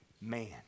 man